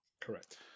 correct